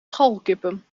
scharrelkippen